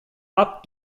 apt